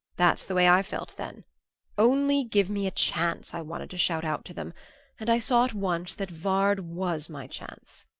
that's the way i felt then only give me a chance, i wanted to shout out to them and i saw at once that vard was my chance.